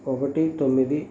ఒకటి తొమ్మిది